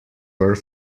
were